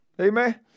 Amen